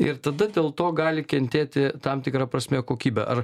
ir tada dėl to gali kentėti tam tikra prasme kokybė ar